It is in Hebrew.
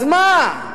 אז מה?